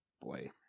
boy